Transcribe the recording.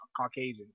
caucasian